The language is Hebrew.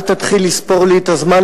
אל תתחיל לספור לי את הזמן,